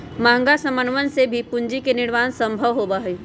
महंगा समनवन से भी पूंजी के निर्माण सम्भव होबा हई